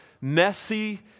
messy